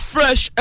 Fresh